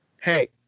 hey